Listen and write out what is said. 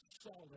solid